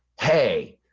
hey,